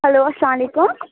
hello اسلام علیکُم